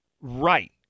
Right